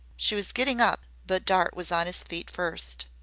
she was getting up, but dart was on his feet first.